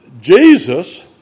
Jesus